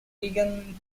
began